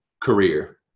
career